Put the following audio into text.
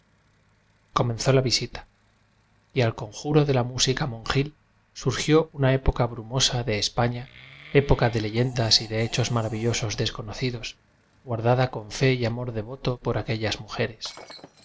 comenzó la visita y al conjuro de la mú sica monjil surgió una época brumosa de españa época de leyendas y de hechos maravillosos desconocidos guardada con fe y amor devoto por aquellas mujeres